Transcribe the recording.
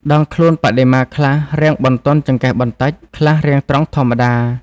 ដងខ្លួនបដិមាខ្លះរាងបន្ទន់ចង្កេះបន្តិច ខ្លះរាងត្រង់ធម្មតា។